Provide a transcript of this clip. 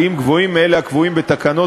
לתהליך הדיון בו,